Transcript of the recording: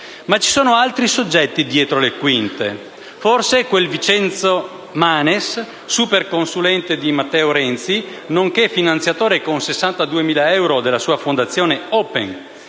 Ci sono però altri soggetti dietro le quinte: forse quel Vincenzo Manes, super consulente di Matteo Renzi, nonché finanziatore con 62.000 euro della sua Fondazione Open.